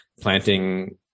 planting